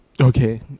Okay